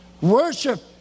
Worship